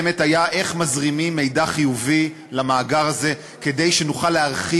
אני שואל את עצמי: מה עלי לעשות?